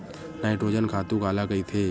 Nitrogen खातु काला कहिथे?